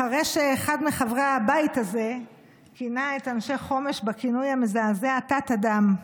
אחרי שאחד מחברי הבית הזה כינה את אנשי חומש בכינוי המזעזע "תת-אדם".